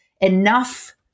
enough